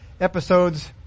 episodes